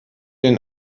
den